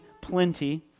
plenty